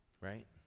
Right